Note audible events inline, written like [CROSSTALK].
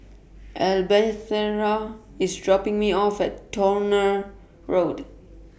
[UNINTELLIGIBLE] IS dropping Me off At Towner Road